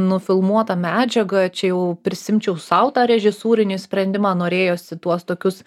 nufilmuota medžiaga čia jau prisiimčiau sau tą režisūrinį sprendimą norėjosi tuos tokius